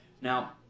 Now